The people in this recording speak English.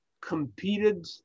competed